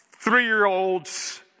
Three-year-olds